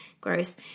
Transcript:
gross